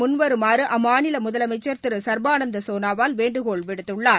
முன்வருமாறுஅம்மாநிலமுதலமைச்ச் திருச்பானந்தாசோனாவால் வேண்டுகோள் விடுத்துள்ளார்